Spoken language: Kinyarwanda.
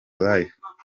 life